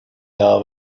yağ